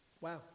Wow